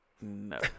No